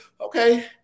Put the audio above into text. okay